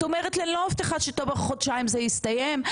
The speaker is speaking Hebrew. את אומרת לי "אני לא מבטיחה שתוך חודשיים זה יסתיים.